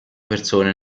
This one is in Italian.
persone